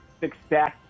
success